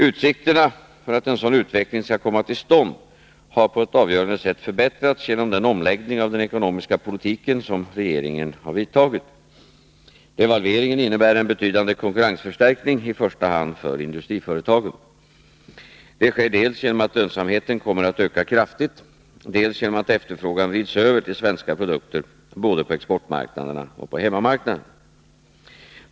Utsikterna att en sådan utveckling skall komma till stånd har på ett avgörande sätt förbättrats genom den omläggning av den ekonomiska politiken som regeringen vidtagit. Devalveringen innebär en betydande konkurrensförstärkning, i första hand för industriföretagen. Det sker dels genom att lönsamheten kommer att öka kraftigt, dels genom att efterfrågan vrids över till svenska produkter både på exportmarknaderna och på hemmamarknaden.